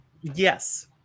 Yes